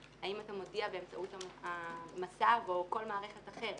האם אתה מודיע באמצעות המצב או כל מערכת אחרת.